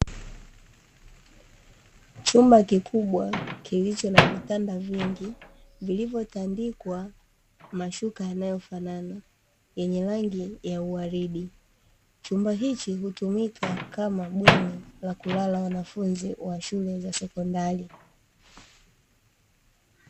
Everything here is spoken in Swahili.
Chumba kikubwa kilicho na vitanda vingi, vilivyotandikwa mashuka yanayofanana, yenye rangi ya uwaridi. Chumba hichi hutumika kama bweni la kulala wanafunzi wa shule za sekondari.